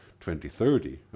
2030